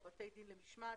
או בתי דין שונים למשמעת,